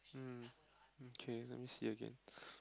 mm okay let me see again